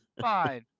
Fine